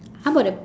how about a